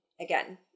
again